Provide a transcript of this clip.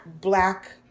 black